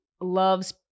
loves